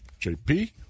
JP